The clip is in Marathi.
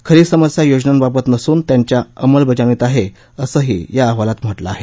खरी समस्या योजनांबाबत नसून त्यांच्या अंमलबजावणीत आहे असंही या अहवालात म्हटलंय